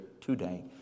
today